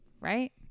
right